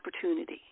opportunity